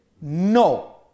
No